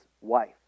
wife